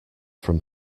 from